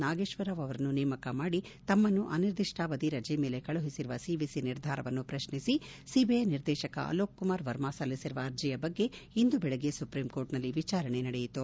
ನಾಗೇಶ್ವರ ರಾವ್ ಅವರನ್ನು ನೇಮಕ ಮಾಡಿ ತಮ್ನನ್ನು ಅನಿರ್ದಿಷ್ನಾವಧಿ ರಜೆ ಮೇಲೆ ಕಳುಹಿಸಿರುವ ಸಿವಿಸಿ ನಿರ್ಧಾರವನ್ನು ಪ್ರಶ್ನಿಸಿ ಸಿಬಿಐ ನಿರ್ದೇಶಕ ಅಲೋಕ್ ಕುಮಾರ್ ವರ್ಮ ಸಲ್ಲಿಸಿರುವ ಅರ್ಜಯ ಬಗ್ಗೆ ಇಂದು ಬೆಳಗ್ಗೆ ಸುಪ್ರೀಂಕೋರ್ಟ್ನಲ್ಲಿ ವಿಚಾರಣೆ ನಡೆಯಿತು